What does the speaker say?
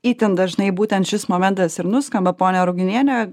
itin dažnai būtent šis momentas ir nuskamba ponia ruginiene